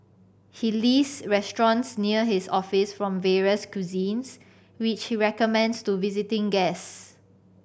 he list restaurants near his office from various cuisines which he recommends to visiting guest